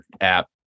app